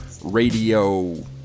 radio